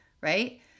right